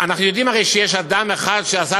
אנחנו יודעים הרי שיש אדם אחד שעשה